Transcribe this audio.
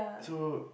so